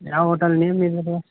ಯಾವ hotel name ಏನು ಅದ